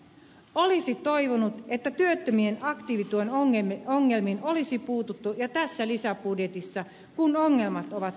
olisi toivonut että työttömien aktiivituen ongelmiin olisi puututtu tässä lisäbudjetissa kun ongelmat ovat hyvin tiedossa